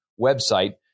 website